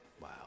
Wow